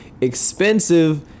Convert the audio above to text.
expensive